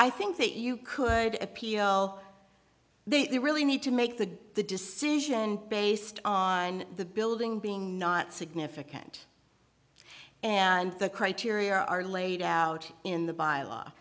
i think that you could appeal they really need to make the decision based on the building being not significant and the criteria are laid out in the bylaw